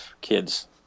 kids